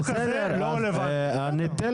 אני רואה